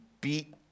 beat